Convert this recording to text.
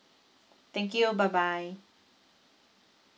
thank you bye bye